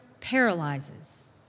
paralyzes